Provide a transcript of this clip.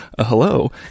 hello